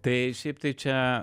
tai šiaip tai čia